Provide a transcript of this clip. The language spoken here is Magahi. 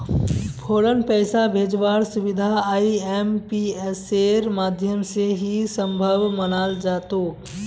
फौरन पैसा भेजवार सुबिधा आईएमपीएसेर माध्यम से ही सम्भब मनाल जातोक